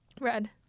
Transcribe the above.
red